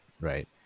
right